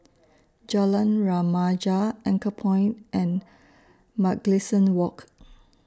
Jalan Remaja Anchorpoint and Mugliston Walk